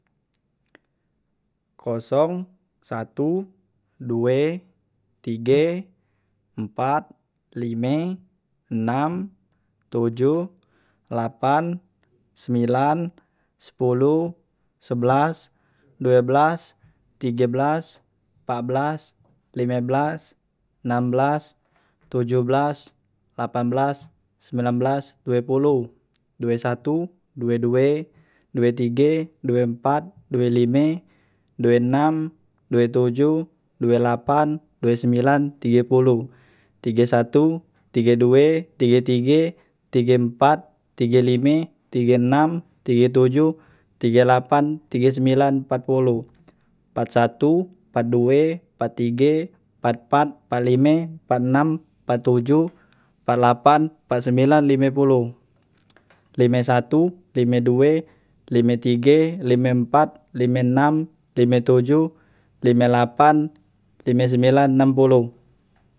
Kosong, satu, due, tige, empat, lime, enam, tojoh, lapan, sembilan, sepoloh, sebelas, due belas, tige belas, empat belas, lime belas, enam belas, tojoh belas, lapan belas, sembilan belas, due poloh, due satu, due due, due tige, due empat, due lime, due enam, due tojoh, due lapan, due sembilan, tige poloh, tige satu, tige due, tige tige, tige empat, tige lime, tige enam, tige tojoh, tige lapan, tige sembilan, empat poloh, empat satu, empat due, mpat tige, mpat empat, mpat lime, mpat enam, mpat tojoh, mpat lapan, mpat sembilan, lime poloh, lime satu, lime due, lime tige, lime empat, lime enam, lime tojoh, lime lapan, lime sembilan, enam poloh.